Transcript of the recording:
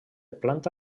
planta